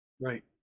Right